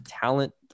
talent